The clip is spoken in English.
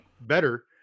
better